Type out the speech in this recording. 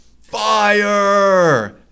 fire